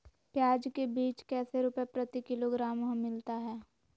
प्याज के बीज कैसे रुपए प्रति किलोग्राम हमिलता हैं?